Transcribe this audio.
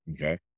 Okay